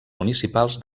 municipals